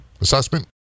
assessment